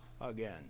again